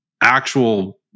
actual